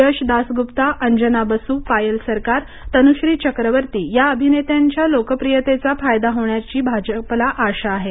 यश दासगुप्ता अंजना बसू पायल सरकार तनुश्री चक्रवर्ती या अभिनेत्यांच्या लोकप्रियतेचा फायदा होण्याची आशा भाजपला आहे